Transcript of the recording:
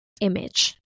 image